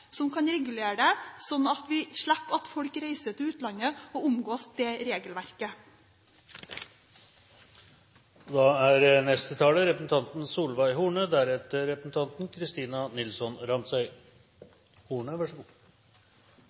som kan regulere det, sånn at vi slipper at folk reiser til utlandet og omgår det regelverket vi har. Det er